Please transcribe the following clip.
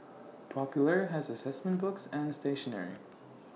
popular has Assessment books and stationery